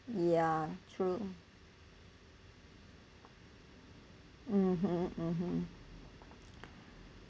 ya true mmhmm